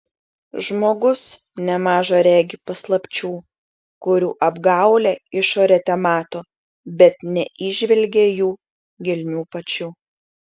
žmogus nemaža regi paslapčių kurių apgaulią išorę temato bet neįžvelgia jų gelmių pačių